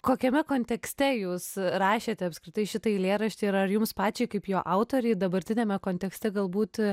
kokiame kontekste jūs rašėte apskritai šitą eilėraštį ir ar jums pačiai kaip jo autorei dabartiniame kontekste galbūt